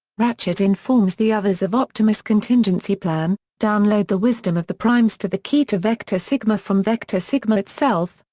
ratchet informs the others of optimus' contingency plan download the wisdom of the prime's to the key to vector sigma from vector sigma itself,